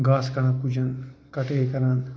گاسہٕ کڈان کُجَن کَٹٲے کران